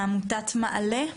מעמותת מעלה.